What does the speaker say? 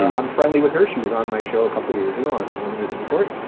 i'm friendly with her, she was on my show a couple years ago on on the rubin report,